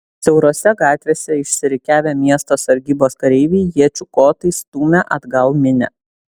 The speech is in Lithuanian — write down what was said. siaurose gatvėse išsirikiavę miesto sargybos kareiviai iečių kotais stūmė atgal minią